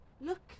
look